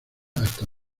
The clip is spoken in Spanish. hasta